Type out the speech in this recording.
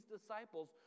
disciples